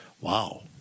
Wow